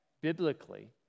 biblically